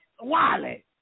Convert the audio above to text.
Wallet